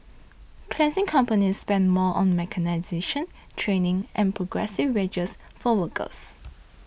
cleansing companies spend more on mechanisation training and progressive wages for workers